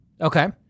Okay